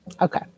Okay